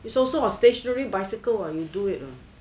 it's also a stationary bicycle what you do it what